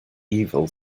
evil